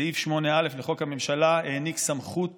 סעיף 8א לחוק הממשלה העניק סמכות